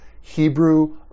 Hebrew